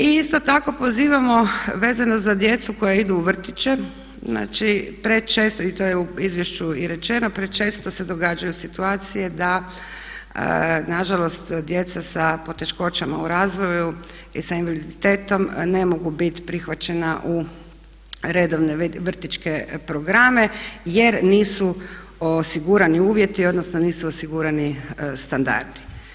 I isto tako pozivamo vezano za djecu koja idu u vrtiće, znači prečesto, i to je u izvješću i rečeno, prečesto se događaju situacije da nažalost djeca sa poteškoćama u razvoju i sa invaliditetom ne mogu biti prihvaćena u redovne vrtićke programe jer nisu osigurani uvjeti, odnosno nisu osigurani standardi.